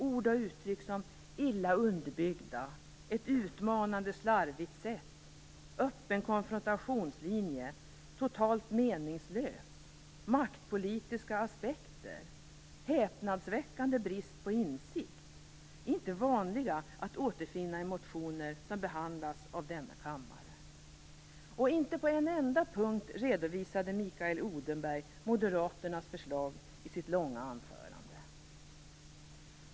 Ord och uttryck som "illa underbyggda, ett utmanande slarvigt sätt, öppen konfrontationslinje, totalt meningslös, maktpolitiska aspekter, häpnadsväckande brist på insikt" är inte vanliga att återfinna i motioner som behandlas av denna kammare. Inte på en enda punkt redovisade Mikael Odenberg Moderaternas förslag i sitt långa anförande.